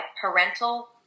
parental